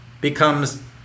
becomes